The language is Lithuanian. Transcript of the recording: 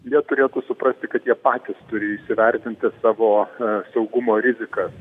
jie turėtų suprasti kad jie patys turi įsivertinti savo saugumo rizikas